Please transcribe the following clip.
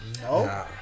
No